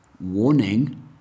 Warning